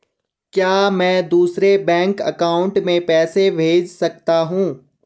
क्या मैं दूसरे बैंक अकाउंट में पैसे भेज सकता हूँ?